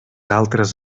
altres